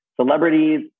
celebrities